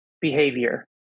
behavior